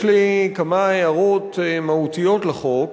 יש לי כמה הערות מהותיות לחוק,